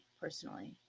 personally